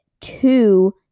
two